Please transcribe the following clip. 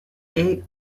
est